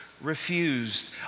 Refused